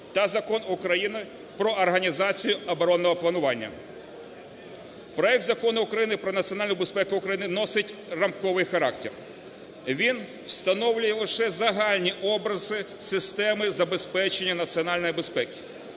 та Закон України "Про організацію оборонного планування". Проект Закону України про національну безпеку України носить рамковий характер. Він встановлює лише загальні образи системи забезпечення національної безпеки.